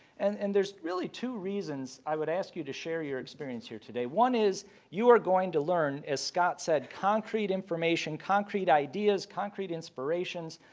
and and there is really two reasons i would ask you to share your experience here today. one is you are going to learn as scott said concrete information, concrete ideas, concrete inspirations,